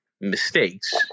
mistakes